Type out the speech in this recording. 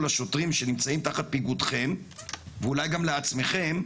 לשוטרים שנמצאים תחת פיקודכם ואולי גם לעצמכם,